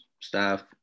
staff